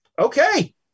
Okay